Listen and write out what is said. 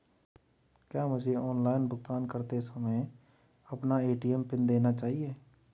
क्या मुझे ऑनलाइन भुगतान करते समय अपना ए.टी.एम पिन देना चाहिए?